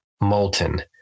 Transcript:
Molten